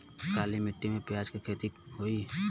काली माटी में प्याज के खेती होई?